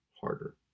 harder